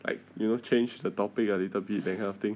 like you know change the topic a little bit that kind of thing